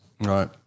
Right